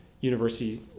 university